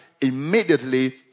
immediately